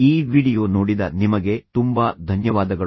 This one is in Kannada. ಈ ವಿಡಿಯೋ ನೋಡಿದ ನಿಮಗೆ ತುಂಬಾ ಧನ್ಯವಾದಗಳು